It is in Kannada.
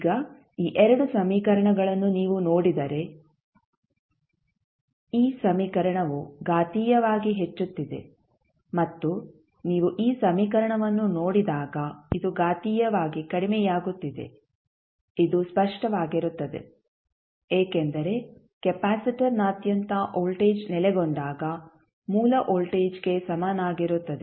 ಈಗ ಈ 2 ಸಮೀಕರಣಗಳನ್ನು ನೀವು ನೋಡಿದರೆ ಈ ಸಮೀಕರಣವು ಘಾತೀಯವಾಗಿ ಹೆಚ್ಚುತ್ತಿದೆ ಮತ್ತು ನೀವು ಈ ಸಮೀಕರಣವನ್ನು ನೋಡಿದಾಗ ಇದು ಘಾತೀಯವಾಗಿ ಕಡಿಮೆಯಾಗುತ್ತಿದೆ ಇದು ಸ್ಪಷ್ಟವಾಗಿರುತ್ತದೆ ಏಕೆಂದರೆ ಕೆಪಾಸಿಟರ್ನಾದ್ಯಂತ ವೋಲ್ಟೇಜ್ ನೆಲೆಗೊಂಡಾಗ ಮೂಲ ವೋಲ್ಟೇಜ್ಗೆ ಸಮನಾಗಿರುತ್ತದೆ